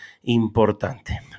importante